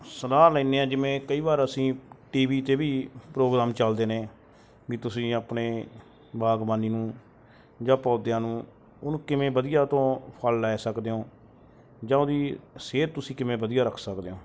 ਸਲਾਹ ਲੈਂਦੇ ਹਾਂ ਜਿਵੇਂ ਕਈ ਵਾਰ ਅਸੀਂ ਟੀ ਵੀ 'ਤੇ ਵੀ ਪ੍ਰੋਗਰਾਮ ਚੱਲਦੇ ਨੇ ਵੀ ਤੁਸੀਂ ਆਪਣੇ ਬਾਗਬਾਨੀ ਨੂੰ ਜਾਂ ਪੌਦਿਆਂ ਨੂੰ ਉਹਨੂੰ ਕਿਵੇਂ ਵਧੀਆ ਤੋਂ ਫਲ ਲੈ ਸਕਦੇ ਹੋ ਜਾਂ ਉਹਦੀ ਸਿਹਤ ਤੁਸੀਂ ਕਿਵੇਂ ਵਧੀਆ ਰੱਖ ਸਕਦੇ ਹੋ